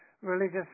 religious